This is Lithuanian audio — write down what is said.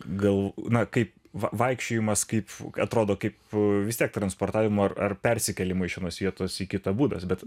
gal na kaip vaikščiojimas kaip atrodo kaip vis tiek transportavimo ar persikėlimo iš vienos vietos į kitą būdas bet